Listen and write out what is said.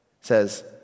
says